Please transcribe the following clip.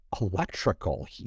electrical